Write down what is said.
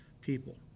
people